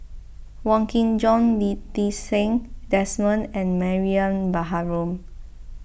Wong Kin Jong Lee Ti Seng Desmond and Mariam Baharom